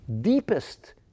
deepest